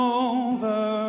over